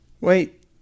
Wait